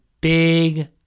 big